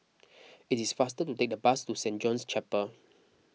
it is faster to take the bus to Saint John's Chapel